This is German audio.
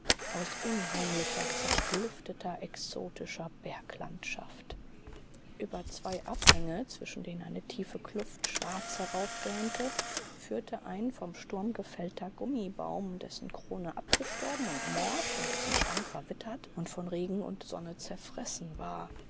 aus unheimlicher zerklüfteter exotischer berglandschaft über zwei abhänge zwischen denen eine tiefe kluft schwarz heraufgähnte führte ein vom sturm gefällter gummibaum dessen krone abgestorben und morsch und dessen stamm verwittert und von regen und sonne zerfressen war